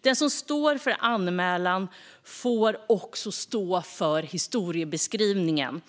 Den som står för anmälan får också stå för historiebeskrivningen.